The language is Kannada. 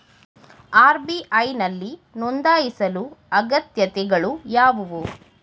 ಆರ್.ಬಿ.ಐ ನಲ್ಲಿ ನೊಂದಾಯಿಸಲು ಅಗತ್ಯತೆಗಳು ಯಾವುವು?